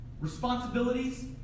responsibilities